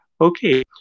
okay